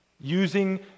using